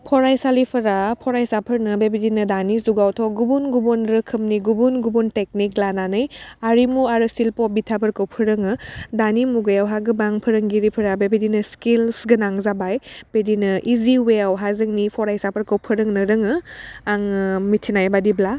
फरायसालिफोरा फरायसाफोरनो बेबायदिनो दानि जुगावथ' गुबुन गुबुन रोखोमनि गुबुन गुबुन टेकनिक लानानै हारिमु आरो शिल्प' बिथाफोरखौ फोरोङो दानि मुगायावहा गोबां फोरोंगिरिफोरा बेबायदिनो स्किल्स गोनां जाबाय बिदिनो इजि अवे आवहा जोंनि फरायसाफोरखौ फोरोंनो रोङो आङो मिथिनाय बादिब्ला